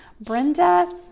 Brenda